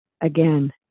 again